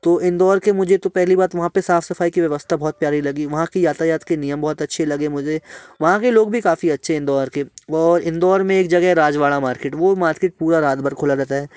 तो इंदौर कि तो पहली मुझे वहाँ कि साफ़ सफाई कि बहुत प्यारी लगी वहाँ कि यातायात के नियम बहुत अच्छे लगे मुझे वहाँ के लोग भी काफ़ी अच्छे हैं इंदौर के और इंदौर में एक जगह है राजवाड़ा मर्केट वो मार्किट पूरा रात भर खुला रहता है